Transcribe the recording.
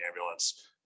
ambulance